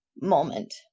moment